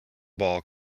ball